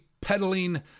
peddling